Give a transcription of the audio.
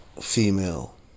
female